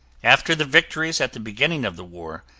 after the victories at the beginning of the war,